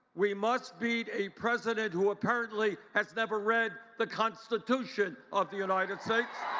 we must beat a president who apparently has never read the constitution. of the united states.